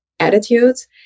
attitudes